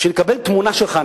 בשביל לקבל תמונה שלך,